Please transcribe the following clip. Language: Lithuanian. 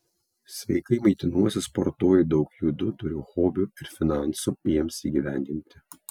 sveikai maitinuosi sportuoju daug judu turiu hobių ir finansų jiems įgyvendinti